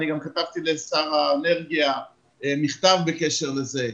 אני גם כתבתי לשר האנרגיה מכתב בקשר לזה,